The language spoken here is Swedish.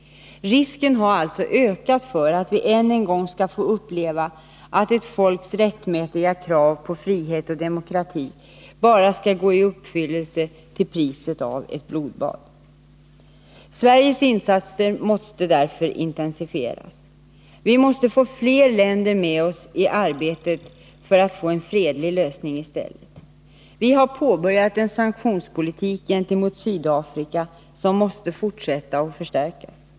Risken har alltså ökat för att vi än en gång skall få uppleva att ett folks rättmätiga krav på frihet och demokrati bara skall gå i uppfyllelse till priset av ett blodbad. Sveriges insatser måste därför intensifieras. Vi måste få fler länder med oss i arbetet för att få en fredlig lösning i stället. Vi har påbörjat en sanktionspolitik gentemot Sydafrika som måste fortsätta och förstärkas.